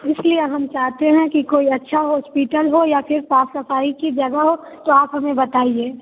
इसलिए हम चाहते हैं कि कोई अच्छा हॉस्पिटल हो या फ़िर साफ़ सफ़ाई की जगह हो तो आप हमें बताइए